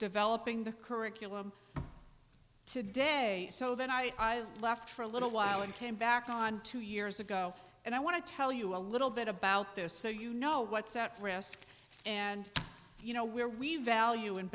developing the curriculum today so then i left for a little while and came back on two years ago and i want to tell you a little bit about this so you know what's at risk and you know we're we value